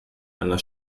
einer